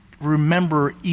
remember